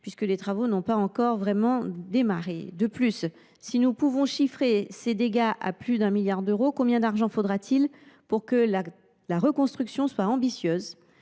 encore, les travaux n’ayant pas vraiment démarré. Au demeurant, si nous pouvons chiffrer ces dégâts à plus de 1 milliard d’euros, combien d’argent faudra t il pour que la reconstruction soit ambitieuse ?